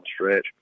stretch